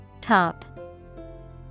Top